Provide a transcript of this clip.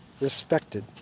respected